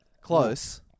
Close